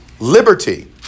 Liberty